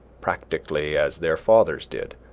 practically as their fathers did,